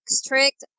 strict